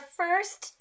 first